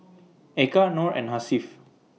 Eka Nor and Hasif